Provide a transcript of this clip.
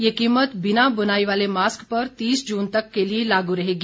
यह कीमत बिना बुनाई वाले मास्क पर तीस जून तक के लिए लागू रहेगी